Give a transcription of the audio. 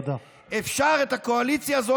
אפשר את הקואליציה הזאת,